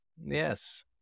Yes